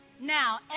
Now